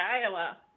Iowa